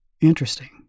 Interesting